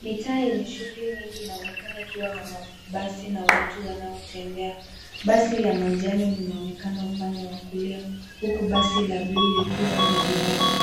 Mitaani shughuli nyingi inaonekana ikiwa na mabasi na watu wanaotembea. Basi la manjano linaonekana upande wa kulia huku basi la blue likiwa mbele yake.